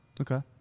Okay